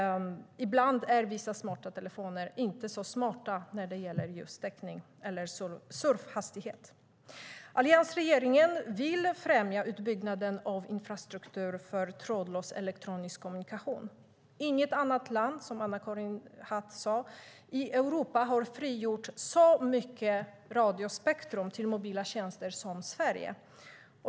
Ibland är vissa smarta telefoner inte så smarta när det gäller just täckning eller surfhastighet. Alliansregeringen vill främja utbyggnaden av infrastruktur för trådlös elektronisk kommunikation. Inget annat land i Europa, som Anna-Karin Hatt sade, har frigjort så mycket radiospektrum till mobila tjänster som Sverige.